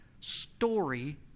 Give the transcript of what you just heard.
story